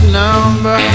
number